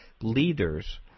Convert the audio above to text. leaders